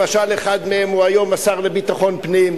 למשל אחד מהם הוא היום השר לביטחון פנים,